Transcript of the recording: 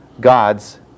God's